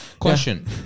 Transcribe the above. question